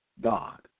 God